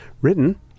written